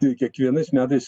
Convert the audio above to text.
tai kiekvienais metais